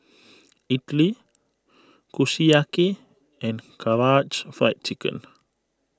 Idili Kushiyaki and Karaage Fried Chicken